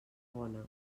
bona